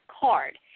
card